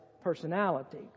personality